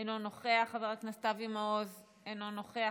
אינו נוכח, חבר הכנסת אבי מעוז, אינו נוכח.